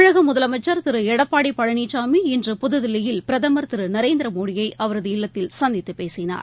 தமிழக முதலமைச்சள் திரு எடப்பாடி பழனிசாமி இன்று புதுதில்லியில் பிரதமா் திரு நரேந்திர மோடியை அவரது இல்லத்தில் சந்தித்து பேசினார்